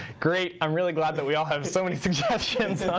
great. i'm really glad that we all have so many suggestions on